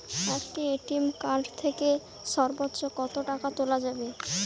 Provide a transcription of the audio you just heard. একটি ATM card থেকে সর্বোচ্চ কত টাকা তোলা যাবে?